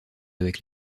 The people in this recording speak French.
avec